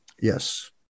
Yes